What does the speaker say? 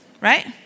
right